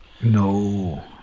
no